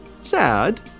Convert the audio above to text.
sad